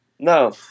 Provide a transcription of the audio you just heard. No